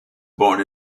born